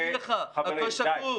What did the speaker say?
אני יכול להגיד לך, הכול שקוף.